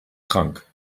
krank